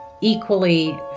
equally